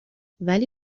ولی